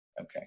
Okay